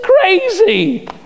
crazy